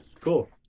Cool